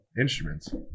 Instruments